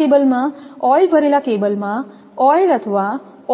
આ કેબલમાં ઓઇલ ભરેલા કેબલમાં ઓઇલ અથવા